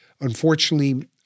Unfortunately